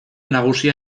nagusia